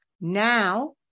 Now